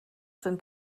sind